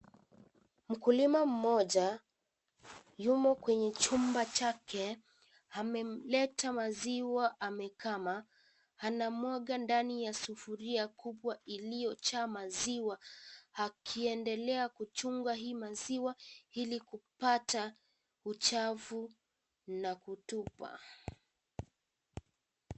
Mkulima mmoja, yumo kwenye chumba chake, amemleta maziwa amekama. Anamwaga ndani ya sufuria kubwa iliyo jaa maziwa, akiendelea kuchunga hii maziwa ili kupata uchafu na kutupa.